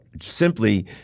simply